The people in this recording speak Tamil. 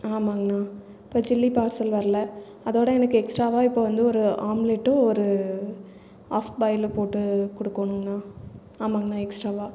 ஆமாங்கணா இப்போ சில்லி பார்சல் வர்ல அதோட எனக்கு எக்ஸ்ட்டாவாக இப்போ வந்து ஒரு ஆம்லேட்டும் ஒரு ஹாஃப் பாயில்லும் போட்டு கொடுக்கோணுங்ணா ஆமாங்கணா எக்ஸ்ட்டாவாக